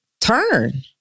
turn